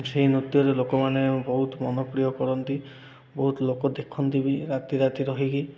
ସେ ନୃତ୍ୟରେ ଲୋକମାନେ ବହୁତ ମନ ପ୍ରିୟ କରନ୍ତି ବହୁତ ଲୋକ ଦେଖନ୍ତି ବି ରାତି ରାତି ରହିକି